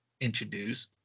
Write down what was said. introduce